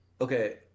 okay